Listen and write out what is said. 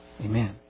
Amen